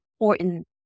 important